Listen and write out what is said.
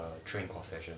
the train concession